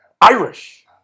Irish